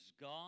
God